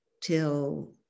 till